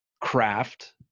craft